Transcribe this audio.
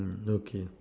okay